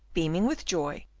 beaming with joy,